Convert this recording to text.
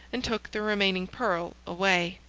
and took the remaining pearl away.